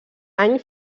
any